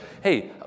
hey